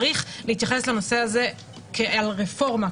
צריך להתייחס לנושא הזה כאל רפורמה,